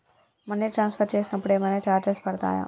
Money transfer చేసినప్పుడు ఏమైనా charges పడతయా?